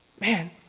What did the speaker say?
man